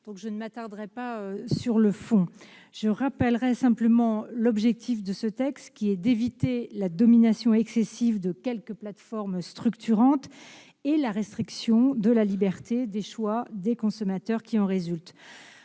Je ne m'attarderai donc pas sur le fond et rappellerai simplement que ce texte a pour objet d'éviter la domination excessive de quelques plateformes structurantes et la restriction de la liberté de choix des consommateurs qui en résulte.